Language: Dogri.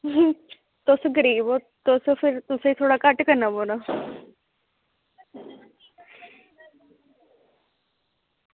अस गरीब आं तुसें थोह्ड़ा घट्ट करना पौना